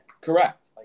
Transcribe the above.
correct